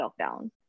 lockdown